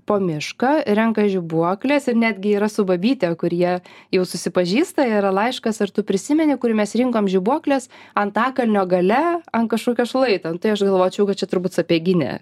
po mišką renka žibuokles ir netgi yra su babyte kur jie jau susipažįsta yra laiškas ar tu prisimeni kur mes rinkom žibuokles antakalnio gale ant kažkokio šlaito nu tai aš galvočiau kad čia turbūt sapieginė